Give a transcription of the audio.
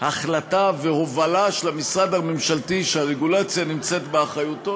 החלטה והובלה של המשרד הממשלתי שהרגולציה נמצאת באחריותו,